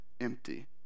empty